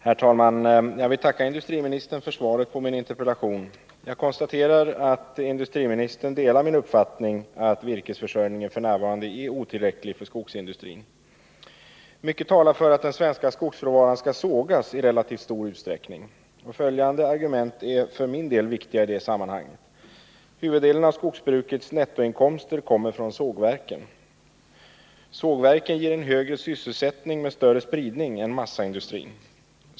Herr talman! Jag tackar industriministern för svaret på min interpellation och konstaterar att industriministern delar min uppfattning att virkesförsörjningen för skogsindustrin f. n. är otillräcklig. Mycket talar för att den svenska skogsråvaran skall sågas i relativt stor utsträckning. Följande argument är för min del viktiga i det här sammanhanget. 1. Huvuddelen av skogsbrukets nettoinkomster kommer från sågverken. 2. Sågverken ger en högre sysselsättning med större spridning än massaindustrin. 3.